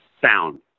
sound